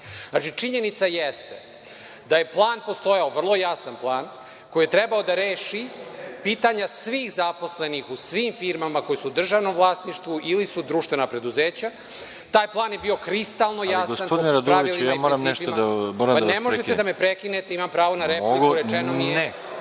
Znači, činjenica jeste da je plan postojao, vrlo jasan plan, koji je trebalo da reši pitanja svih zaposlenih u svim firmama koje su u državnom vlasništvu ili su društvena preduzeća. Taj plan je bio kristalno jasan, po pravilima i principima. **Veroljub Arsić** Gospodine Raduloviću, moram da vas prekinem. **Saša Radulović** Ne možete da me prekinete, imam pravo na repliku, rečeno mi je.